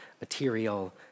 material